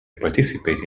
participate